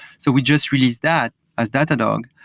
so we just released that as datadog,